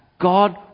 God